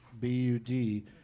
B-U-D